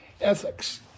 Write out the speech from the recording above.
ethics